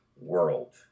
world